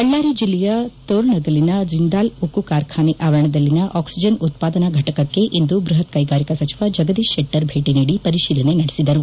ಬಳ್ಳಾರಿ ಜಿಲ್ಲೆಯ ತೋರಣಗಲ್ಲಿನ ಜಿಂದಾಲ್ ಉಕ್ಕು ಕಾರ್ಖಾನೆ ಆವರಣದಲ್ಲಿನ ಆಕ್ಷಿಜನ್ ಉತ್ಪಾದನಾ ಘಟಕ್ಕೆ ಇಂದು ಬೃಹತ್ ಕೈಗಾರಿಕಾ ಸಚಿವ ಜಗದೀಶ್ ಶೆಟ್ಟರ್ ಭೇಟಿ ನೀಡಿ ಪರಿಶೀಲನೆ ನಡೆಸಿದರು